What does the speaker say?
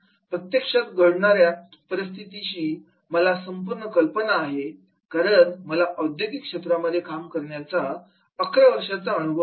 प्रत्यक्षात घडणाऱ्या परिस्थितीची मला संपुर्ण कल्पना आहे कारण मला औद्योगिक क्षेत्रात काम करण्याचा अकरा वर्षांचा अनुभव आहे